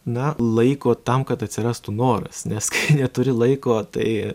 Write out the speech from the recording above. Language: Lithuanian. na laiko tam kad atsirastų noras nes neturi laiko tai